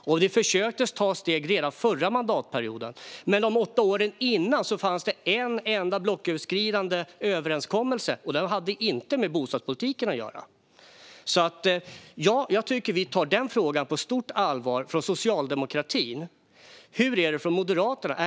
Man försökte ta steg redan under den förra mandatperioden, men under de åtta åren dessförinnan fanns det en enda blocköverskridande överenskommelse, och den hade inte med bostadspolitiken att göra. Ja, jag tycker att vi tar denna fråga på stort allvar från socialdemokratin. Hur är det från Moderaternas sida?